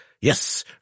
Yes